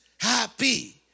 happy